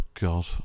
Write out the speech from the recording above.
God